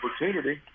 opportunity